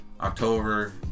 October